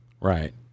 right